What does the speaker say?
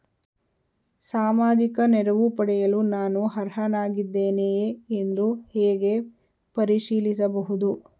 ಸಾಮಾಜಿಕ ನೆರವು ಪಡೆಯಲು ನಾನು ಅರ್ಹನಾಗಿದ್ದೇನೆಯೇ ಎಂದು ಹೇಗೆ ಪರಿಶೀಲಿಸಬಹುದು?